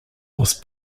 was